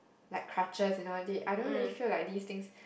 like crutches you know they I don't really feel like these things